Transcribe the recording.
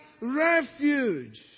refuge